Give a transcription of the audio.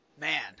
Man